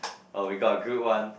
oh we got good one